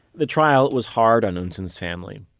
the trial was hard on eunsoon's family.